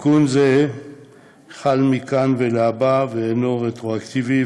תיקון זה חל מכאן ולהבא ואינו רטרואקטיבי,